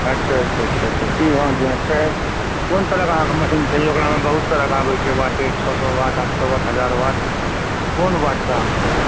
अच्छा अच्छा अच्छा जी हँ जी हँ छै कोन तरहके अहाँकेॅं मशीन चाही ओकरामे बहुत तरहके आबै छै वाटेज छओ सओ वाट आठ सओ वाट हजार सओ वाट कोन वाटके अहाँ चाही